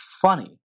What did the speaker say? funny